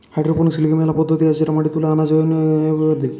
hydroponics লিগে মেলা পদ্ধতি আছে মাটি তুলে আনা হয়ঢু এবনিউট্রিয়েন্টস দেয়